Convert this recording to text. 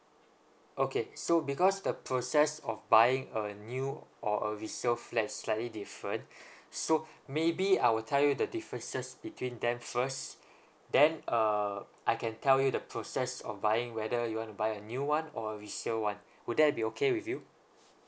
okay so because the process of buying a new or a resale flat slightly different so maybe I will tell you the differences between them first then uh I can tell you the process of buying whether you want to buy a new [one] or a resale [one] would that be okay with you